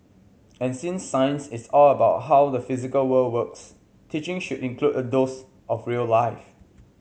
and since science is all about how the physical world works teaching should include a dose of real life